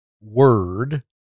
word